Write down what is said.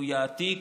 הוא יעתיק,